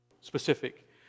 specific